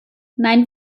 nein